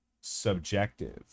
subjective